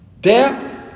Depth